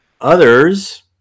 Others